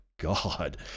God